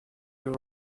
you